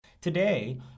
Today